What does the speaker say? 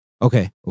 Okay